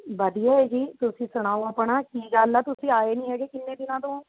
ਵਧੀਆ ਹੈ ਜੀ ਤੁਸੀਂ ਸੁਣਾਉ ਆਪਣਾ ਕੀ ਗੱਲ ਹੈ ਤੁਸੀਂ ਆਏ ਨਹੀਂ ਹੈਗੇ ਕਿੰਨੇ ਦਿਨਾਂ ਤੋਂ